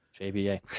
JBA